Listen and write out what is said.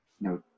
no